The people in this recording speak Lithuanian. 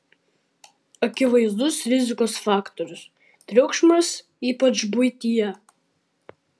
akivaizdus rizikos faktorius triukšmas ypač buityje